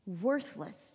worthless